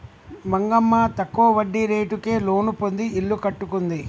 మంగమ్మ తక్కువ వడ్డీ రేటుకే లోను పొంది ఇల్లు కట్టుకుంది